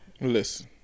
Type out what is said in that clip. Listen